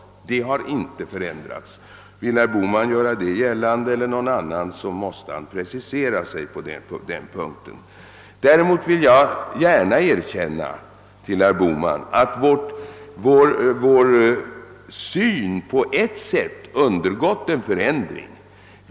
Vill herr Bohman eller någon annan påstå att det skett en förändring härvidlag måste den som gör påståendet precisera sig. Däremot vill jag gärna erkänna att vår syn på ett sätt undergått en förändring.